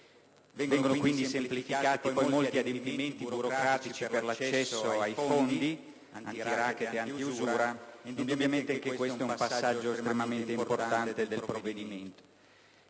Vengono quindi semplificati molti adempimenti burocratici per l'accesso ai fondi antiracket e antiusura. Indubbiamente anche questo rappresenta un passaggio estremamente importante del provvedimento.